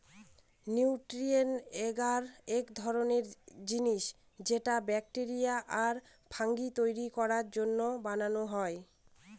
nutrient এগার এক ধরনের জিনিস যেটা ব্যাকটেরিয়া আর ফাঙ্গি তৈরী করার জন্য বানানো হয়